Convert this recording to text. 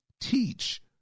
Teach